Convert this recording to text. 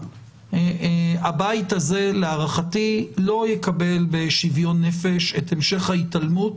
שהבית הזה להערכתי לא יקבל בשוויון נפש את המשך ההתעלמות